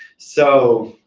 so